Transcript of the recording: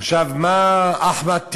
עכשיו, מה אחמד טיבי,